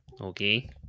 Okay